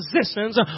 positions